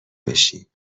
بشیم